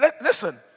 listen